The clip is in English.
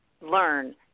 learn